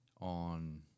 on